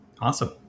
Awesome